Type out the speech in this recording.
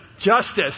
Justice